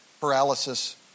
paralysis